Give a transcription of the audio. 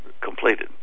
completed